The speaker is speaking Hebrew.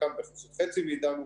חלקן חצי מאיתנו,